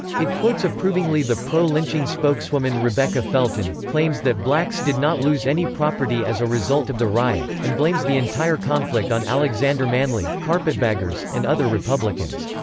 it quotes approvingly the pro-lynching spokeswoman rebecca felton, claims that blacks did not lose any property as a result of the riot, and blames the entire conflict on alexander manly, carpetbaggers, and other republicans.